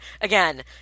again